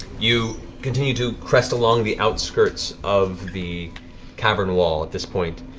you continue to crest along the outskirts of the cavern wall at this point.